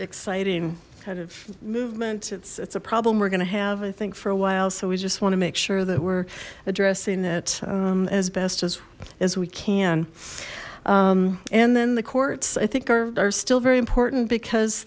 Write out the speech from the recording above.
exciting kind of movement it's it's a problem we're gonna have i think for a while so we just want to make sure that we're addressing it as best as as we can and then the courts i think are still very important because